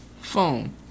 phone